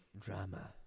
Drama